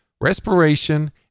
respiration